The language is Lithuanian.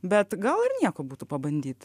bet gal ir nieko būtų pabandyt